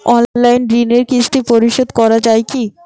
Online ঋণের কিস্তি পরিশোধ করা যায় কি?